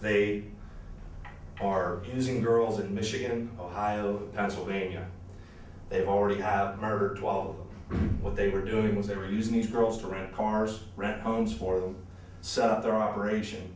they are using girls in michigan ohio pennsylvania they've already have heard well what they were doing was they were using these girls around cars rent homes for them set up their operation